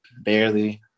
barely